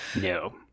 No